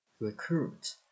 Recruit